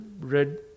red